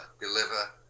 deliver